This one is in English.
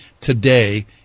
today